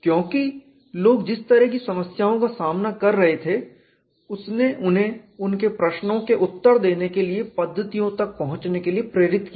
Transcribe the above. क्योंकि लोग जिस तरह की समस्याओं का सामना कर रहे थे उसने उन्हें उनके प्रश्नों के उत्तर देने के लिए पद्धतियों तक पहुंचने के लिए प्रेरित किया